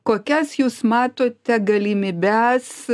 kokias jūs matote galimybes